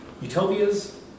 utopias